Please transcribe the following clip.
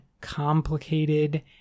complicated